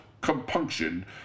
compunction